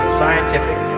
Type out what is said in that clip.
scientific